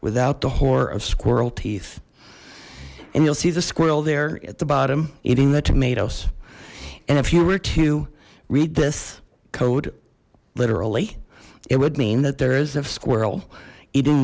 without the horror of squirrel teeth and you'll see the squirrel there at the bottom eating the tomatoes and if you were to read this code literally it would mean that there is a squirrel eating